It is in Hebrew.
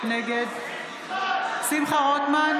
נגד שמחה רוטמן,